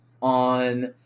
On